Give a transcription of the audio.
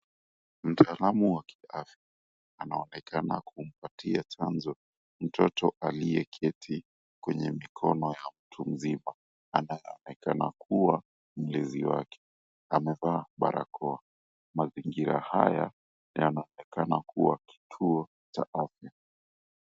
Mtaalamu wa kiafya anaonekana kumpatia chanjo mtoto aliyeketi kwenye mikono ya mtu mzima, anayeonekana kuwa mlezi wake, amevaa barakoa. Mazingira haya yanaonekana kuwa kituo cha afya.